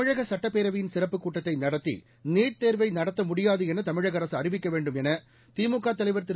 தமிழக சட்டப்பேரவையின் சிறப்புக் கூட்டத்தை நடத்தி நீட் தேர்வை நடத்த முடியாது என தமிழக அரசு அறிவிக்க வேண்டும் என திமுக தலைவர் திரு